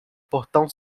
portão